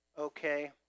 okay